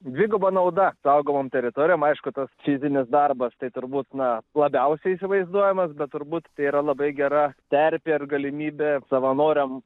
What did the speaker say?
dviguba nauda saugomom teritorijom aišku tas fizinis darbas tai turbūt na labiausiai įsivaizduojamas bet turbūt tai yra labai gera terpė ir galimybė savanoriam